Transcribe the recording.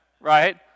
right